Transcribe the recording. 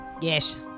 Yes